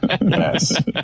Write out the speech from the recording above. Yes